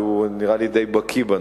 שנראה לי די בקי בנושא.